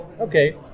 okay